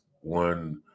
one